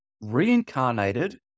reincarnated